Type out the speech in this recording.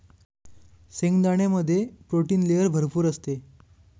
शेंगदाण्यामध्ये protein layer भरपूर असते